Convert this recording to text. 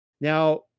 Now